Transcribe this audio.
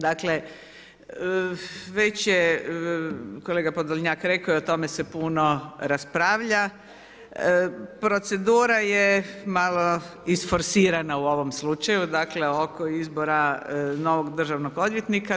Dakle, već je kolega Podolnjak rekao i o tome se puno raspravlja, procedura je malo isforsirana u ovom slučaju, dakle, oko izbora novog državnog odvjetnika.